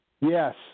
Yes